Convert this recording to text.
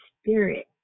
spirit